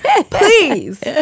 please